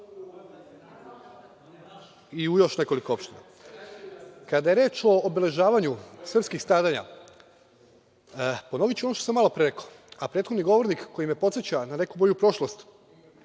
i u još nekoliko opština. Kada je reč o obeležavanju srpskih stradanja, ponoviću ono što sam malopre rekao, a prethodni govornik koji me podseća na neku moju prošlost